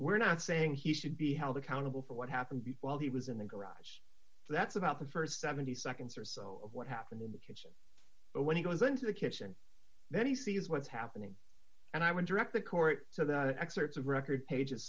we're not saying he should be held accountable for what happened while he was in the garage so that's about the st seventy seconds or so of what happened in the kitchen but when he goes into the kitchen then he sees what's happening and i would direct the court so that the excerpts of record pages